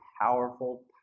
powerful